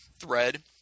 thread